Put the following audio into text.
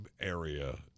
area